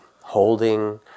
holding